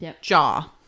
jaw